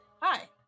hi